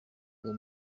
uwo